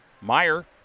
Meyer